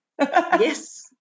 Yes